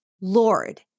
Lord